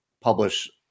publish